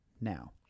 now